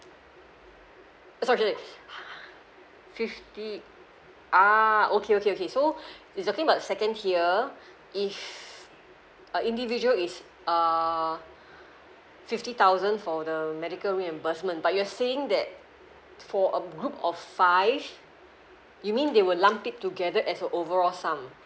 it's okay fifty ah okay okay okay so it's the thing about second tier if a individual is uh fifty thousand for the medical reimbursement but you're saying that for a group of five you mean they were lump it together as a overall sum